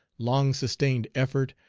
long-sustained effort,